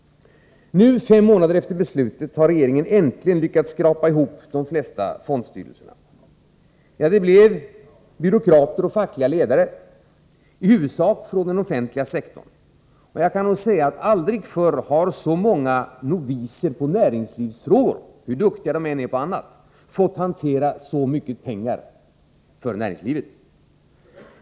Nu, fem månader efter beslutet, har tegöringén äntligen lyckats skrapa ihop de flesta fondstyrelserna. Det blev byråkrater och fackliga ledare, i huvudsak från den offentliga sektorn. Jag kan nog säga att så många noviser på näringslivsfrågor — hur duktiga de än är på annat — aldrig förr har fått hantera så mycket pengar för näringslivet.